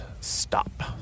stop